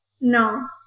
no